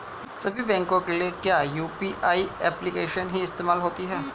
सभी बैंकों के लिए क्या यू.पी.आई एप्लिकेशन ही इस्तेमाल होती है?